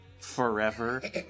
forever